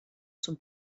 zum